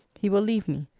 he will leave me,